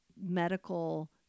medical